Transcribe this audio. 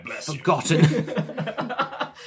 forgotten